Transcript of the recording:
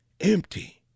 Empty